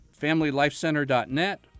familylifecenter.net